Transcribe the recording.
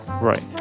right